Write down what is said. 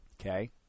Okay